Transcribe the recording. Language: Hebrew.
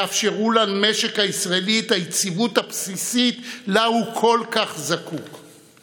ואפשרו למשק הישראלי את היציבות הבסיסית שהוא כל כך זקוק לה.